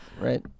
right